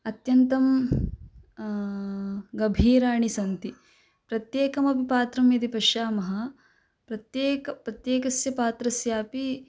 अत्यन्तं गभीराणि सन्ति प्रत्येकमपि पात्रं यदि पश्यामः प्रत्येकं प्रत्येकस्य पात्रस्यापि